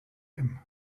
him